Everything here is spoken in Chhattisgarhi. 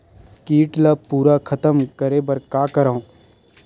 कीट ला पूरा खतम करे बर का करवं?